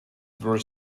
were